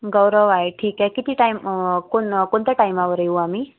गौरव आहे ठीक आहे किती टाईम कोण कोणत्या टायमावर येऊ आम्ही